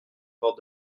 bord